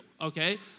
okay